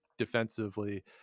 defensively